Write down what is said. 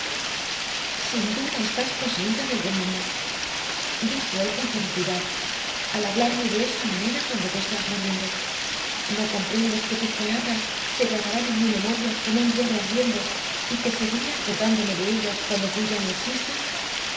sin duda estás poseída del demonio dijo él con ferocidad al hablarme de esa manera cuando te estás muriendo no comprendes que tus palabras se grabarán en mi memoria como un hierro ardiendo y que seguiré acordándome de ellas cuando tú ya no existas